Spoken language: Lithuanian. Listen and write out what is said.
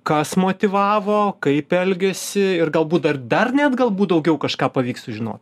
kas motyvavo kaip elgiasi ir galbūt dar dar net galbūt daugiau kažką pavyks sužino